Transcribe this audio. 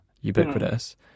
ubiquitous